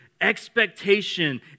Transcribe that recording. expectation